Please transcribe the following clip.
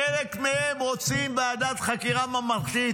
חלק מהם, רוצים ועדת חקירה ממלכתית.